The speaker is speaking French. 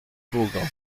peaugres